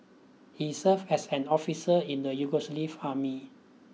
he served as an officer in the Yugoslav army